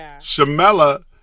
Shamela